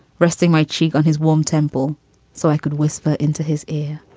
resting my cheek on his warm temple so i could whisper into his ear.